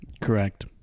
Correct